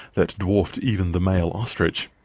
that dwarfed even the male ostrich.